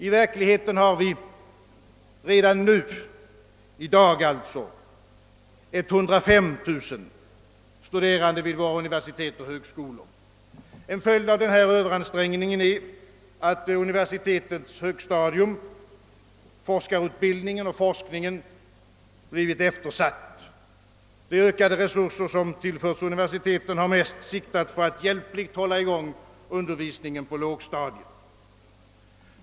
I verkligheten har vi redan 105 000 studerande vid våra universitet och högskolor. En följd av denna överansträngning är, att universitetens högstadium, forskarutbildningen och forskningen, blivit eftersatt. De ökade resurser som tillförs universiteten har mest siktat på att hjälpligt hålla i gång undervisningen på lågstadiet.